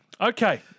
Okay